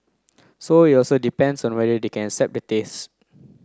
so it also depends on whether they can accept the taste